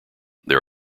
there